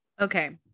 okay